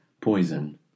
Poison